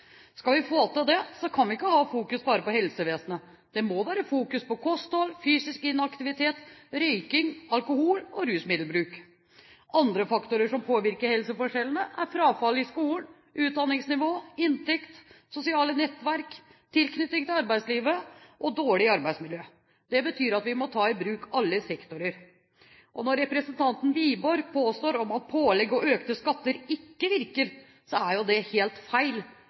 Skal vi få til det, kan vi ikke fokusere bare på helsevesenet. Det må være fokus på kosthold, fysisk inaktivitet, røyking, alkohol og rusmiddelbruk. Andre faktorer som påvirker helseforskjellene, er frafall i skolen, utdanningsnivå, inntekt, sosiale nettverk, tilknytning til arbeidslivet og dårlig arbeidsmiljø. Det betyr at vi må ta i bruk alle sektorer. Når representanten Wiborg påstår at pålegg og økte skatter ikke virker, er det helt feil.